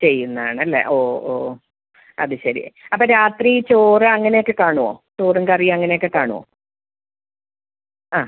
ചെയ്യുന്നാണല്ലേ ഓ ഓ അത് ശരി അപ്പോള് രാത്രി ചോറ് അങ്ങനെയൊക്കെ കാണുമോ ചോറും കറി അങ്ങനെയൊക്കെ കാണുമോ ആ